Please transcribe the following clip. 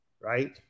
right